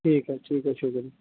ٹھیک ہے ٹھیک ہے شکریہ